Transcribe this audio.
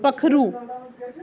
पक्खरू